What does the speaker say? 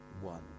one